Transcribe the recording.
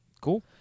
Cool